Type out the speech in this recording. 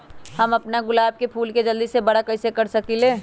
हम अपना गुलाब के फूल के जल्दी से बारा कईसे कर सकिंले?